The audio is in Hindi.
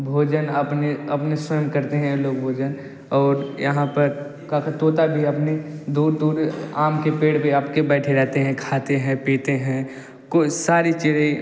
भोजन अपने अपने स्वयं करते हैं लोग भोजन और यहाँ पर क्या कहते हैं तोता भी अपनी दूर दूर आम के पेड़ पर आपके बैठे रहते हैं खाते हैं पीते हैं कोई सारी चीज़ें